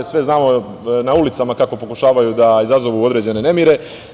Sve znamo, na ulicama kako pokušavaju da izazovu određene nemire.